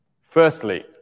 Firstly